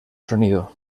sonido